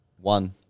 One